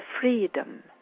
freedom